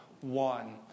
one